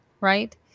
right